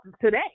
today